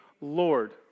Lord